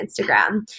Instagram